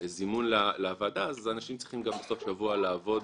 זימון לוועדה אז אנשים צריכים גם בסוף שבוע לעבוד